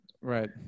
Right